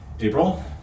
April